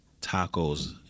tacos